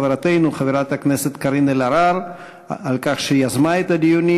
לחברתנו חברת הכנסת קארין אלהרר על כך שיזמה את הדיונים